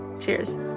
Cheers